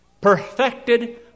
Perfected